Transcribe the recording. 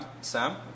Sam